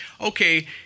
okay